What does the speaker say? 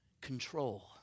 control